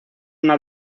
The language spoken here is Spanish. una